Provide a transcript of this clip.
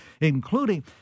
including